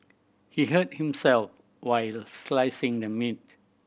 he hurt himself while slicing the meat